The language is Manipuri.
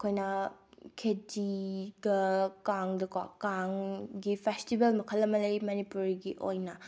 ꯈꯦꯆꯤꯒ ꯀꯥꯡꯗꯀꯣ ꯀꯥꯡꯒꯤ ꯐꯦꯁꯇꯤꯚꯦꯜ ꯃꯈꯜ ꯑꯃ ꯂꯩ ꯃꯅꯤꯄꯨꯔꯒꯤ ꯑꯣꯏꯅ